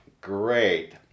great